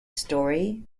story